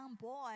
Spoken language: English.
boy